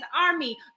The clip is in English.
army